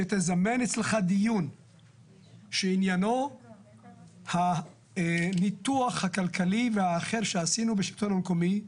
שתזמן אצלך דיון שעניינו ניתוח הכלכלי והאחר שעשינו בשלטון המקומי.